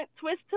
twist